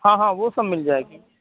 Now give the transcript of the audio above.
ہاں ہاں وہ سب مل جائے گی